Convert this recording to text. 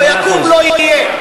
לא יקום, לא יהיה.